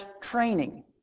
training